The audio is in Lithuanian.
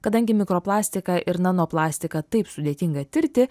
kadangi mikroplastiką ir nanoplastiką taip sudėtinga tirti